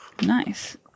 Nice